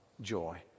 joy